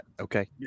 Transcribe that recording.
okay